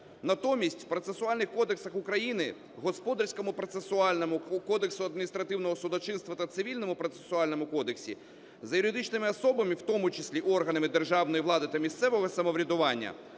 Натомість в процесуальних кодексах України, Господарському процесуальному, Кодексі адміністративного судочинства та Цивільному процесуальному кодексі, за юридичними особами, в тому числі органами державної влади та місцевого самоврядування,